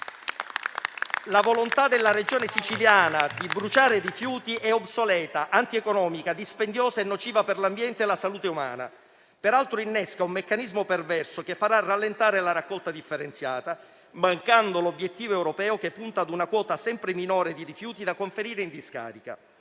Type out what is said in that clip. La volontà della Regione siciliana di bruciare rifiuti è obsoleta, antieconomica, dispendiosa e nociva per l'ambiente e la salute umana. Peraltro, innesca un meccanismo perverso, che farà rallentare la raccolta differenziata, mancando l'obiettivo europeo che punta ad una quota sempre minore di rifiuti da conferire in discarica,